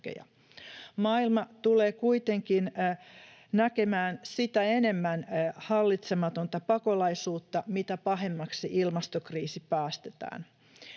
Maailma tulee kuitenkin näkemään sitä enemmän hallitsematonta pakolaisuutta, mitä pahemmaksi ilmastokriisi päästetään.